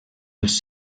els